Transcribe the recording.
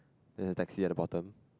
then the taxi at the bottom